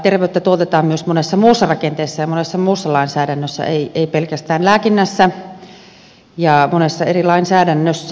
terveyttä tuotetaan myös monessa muussa rakenteessa ja monessa muussa lainsäädännössä ei pelkästään lääkinnässä vaan monessa eri lainsäädännössä